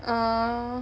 err